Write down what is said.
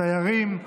תיירים,